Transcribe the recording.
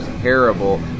terrible